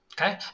Okay